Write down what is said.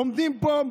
עומדים פה,